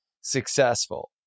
successful